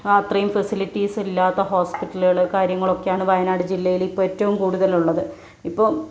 അത്രയും ഫെസിലിറ്റീസ് ഇല്ലാത്ത ഹോസ്പിറ്റലുകൾ കാര്യങ്ങളൊക്കെയാണ് വയനാട് ജില്ലയിൽ ഇപ്പോൾ ഏറ്റവും കൂടുതലുള്ളത് ഇപ്പം